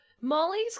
Molly's